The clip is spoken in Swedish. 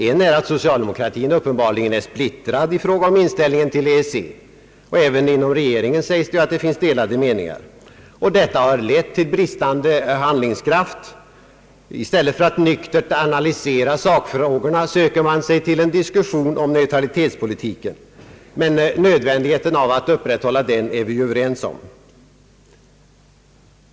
En är att socialdemokratin uppenbarligen står splittrad i fråga om inställningen till EEC; även inom regeringen finns delade meningar, sägs det. Detta har lett till bristande handlingskraft. I stället för att nyktert analysera sakfrågorna söker man sig till en diskussion om neutralitetspolitiken. Men nödvändigheten av att upprätthålla den är vi ju överens om.